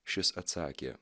šis atsakė